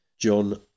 John